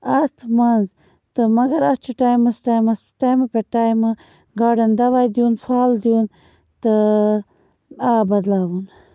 اَتھ منٛز تہٕ مگر اَتھ چھُ ٹایمَس ٹایمَس ٹایمہٕ پٮ۪ٹھ ٹایمہٕ گاڈَن دوا دیُن پھَل دیُن تہٕ آب بدلاوُن